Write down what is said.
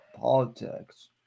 politics